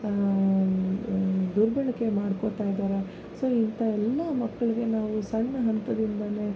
ದುರ್ಬಳಕೆ ಮಾಡ್ಕೊತಾ ಇದ್ದಾರೆ ಸೊ ಇಂಥವೆಲ್ಲ ಮಕ್ಕಳಿಗೆ ನಾವು ಸಣ್ಣ ಹಂತದಿಂದನೇ